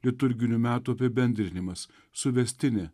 liturginių metų apibendrinimas suvestinė